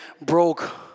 broke